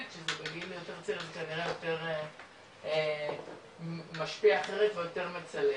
שזה בגיל יותר צעיר אז כנראה משפיע אחרי ויותר מצלק.